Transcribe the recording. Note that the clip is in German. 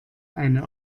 eine